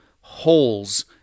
holes